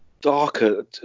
darker